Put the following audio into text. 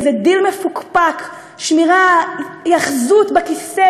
איזה דיל מפוקפק שנראה היאחזות בכיסא,